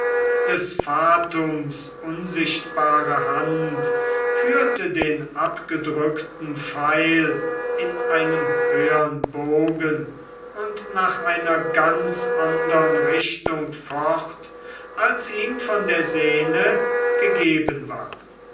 des fatums unsichtbare hand führte den abgedrückten pfeil in einem höhern bogen und nach einer ganz andern richtung fort als ihm von der sehne gegeben war